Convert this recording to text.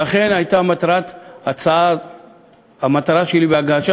ולכן המטרה שלי בהצעה